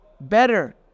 better